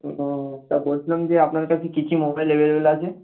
ও তা বলছিলাম যে আপনার কাছে কি কি মোবাইল অ্যাভেলেবেল আছে